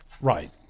Right